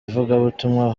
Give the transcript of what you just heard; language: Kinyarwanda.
ivugabutumwa